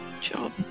job